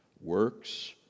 works